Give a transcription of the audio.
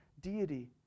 deity